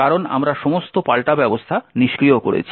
কারণ আমরা সমস্ত পাল্টা ব্যবস্থা নিষ্ক্রিয় করেছি